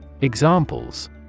Examples